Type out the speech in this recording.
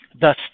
Thus